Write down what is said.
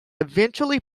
eventually